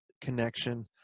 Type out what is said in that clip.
connection